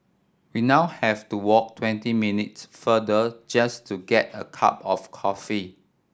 we now have to walk twenty minutes farther just to get a cup of coffee